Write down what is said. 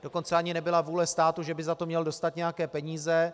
Dokonce ani nebyla vůle státu, že by za to měl dostat nějaké peníze.